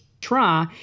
try